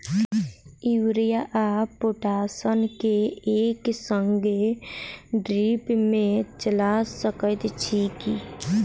Urea आ potash केँ एक संगे ड्रिप मे चला सकैत छी की?